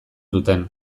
duten